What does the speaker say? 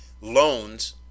loans